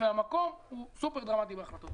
והמקום כי הוא סופר דרמטי בהחלטות כאלה.